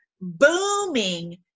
booming